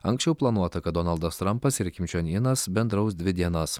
anksčiau planuota kad donaldas trampas ir kim čion inas bendraus dvi dienas